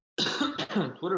Twitter